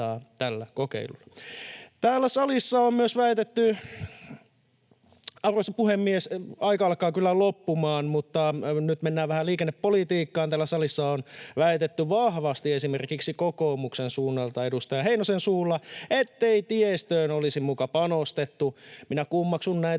Täällä salissa on myös väitetty — arvoisa puhemies, aika alkaa kyllä loppumaan, mutta nyt mennään vähän liikennepolitiikkaan — vahvasti esimerkiksi kokoomuksen suunnalta edustaja Heinosen suulla, ettei tiestöön olisi muka panostettu. Minä kummeksun näitä